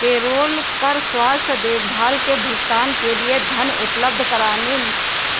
payroll कर स्वास्थ्य देखभाल के भुगतान के लिए धन उपलब्ध कराने